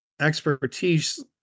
expertise